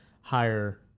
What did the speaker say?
higher